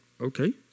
Okay